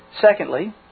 Secondly